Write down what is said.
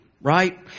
Right